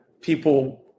people